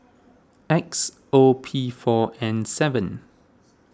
X O P four N seven